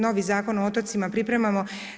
Novi Zakon o otocima pripremamo.